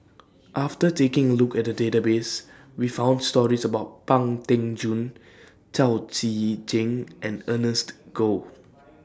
after taking A Look At The Database We found stories about Pang Teck Joon Chao Tzee Cheng and Ernest Goh